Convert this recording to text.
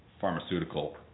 pharmaceutical